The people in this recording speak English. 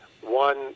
One